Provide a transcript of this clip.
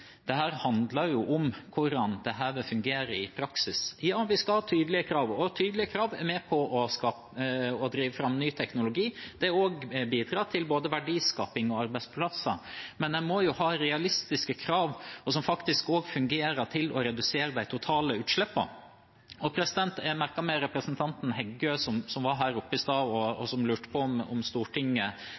praksis. Ja, vi skal ha tydelige krav, og tydelige krav er med på å drive fram ny teknologi. Det vil også bidra til verdiskaping og arbeidsplasser, men en må jo ha realistiske krav, som faktisk også fungerer for å redusere de totale utslippene. Jeg merket meg at representanten Heggø som var her oppe i stad, lurte på om Stortinget kjente de lokale forholdene i Nærøyfjorden og visste at Flåm er en del av Aurlandsfjorden. Jeg kan bekrefte overfor representanten Heggø at jeg og